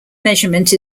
measurement